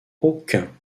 aucun